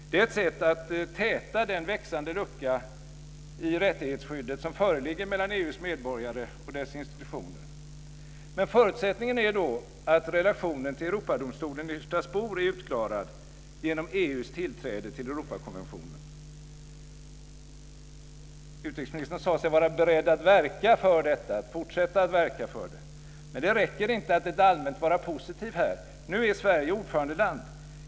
Det är ett sätt att täta den växande lucka i rättighetsskyddet som föreligger mellan EU:s medborgare och dess institutioner. Men förutsättningen är då att relationen till Europadomstolen i Strasbourg är utklarad genom EU:s tillträde till Europakonventionen. Utrikesministern sade sig vara beredd att fortsätta att verka för det. Men det räcker inte att här rent allmänt vara positiv. Nu är Sverige ordförandeland.